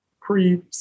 pre